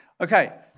Okay